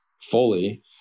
fully